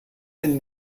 ein